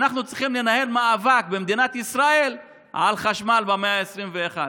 אנחנו צריכים לנהל מאבק במדינת ישראל על חשמל במאה ה-21.